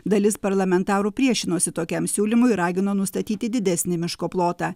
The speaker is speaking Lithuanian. dalis parlamentarų priešinosi tokiam siūlymui ragino nustatyti didesnį miško plotą